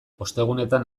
ostegunetan